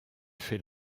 fait